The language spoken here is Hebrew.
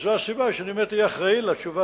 וזו הסיבה שאני באמת אהיה אחראי לתשובה